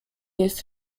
jest